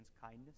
kindness